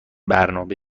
برنامه